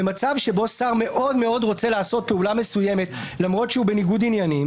במצב שבו שר מאוד רוצה לעשות פעולה מסוימת למרות שהוא בניגוד עניינים